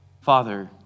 Father